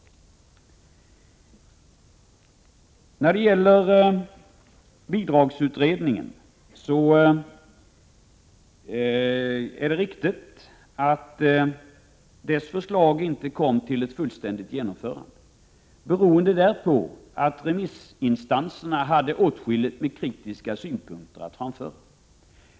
Det är riktigt att bidragsutredningens förslag inte kom till ett fullständigt genomförande, beroende på att remissinstanserna hade åtskilliga kritiska synpunkter att framföra.